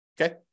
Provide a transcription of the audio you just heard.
Okay